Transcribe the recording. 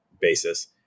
basis